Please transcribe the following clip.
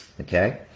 Okay